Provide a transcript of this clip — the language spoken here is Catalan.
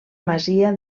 masia